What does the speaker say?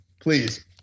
Please